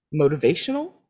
motivational